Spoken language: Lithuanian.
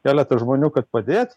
keletą žmonių kad padėt